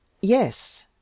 Yes